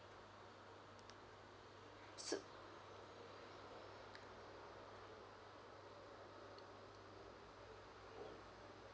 so